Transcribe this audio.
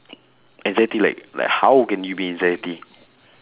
anxiety like like how can you be anxiety